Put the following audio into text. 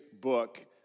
book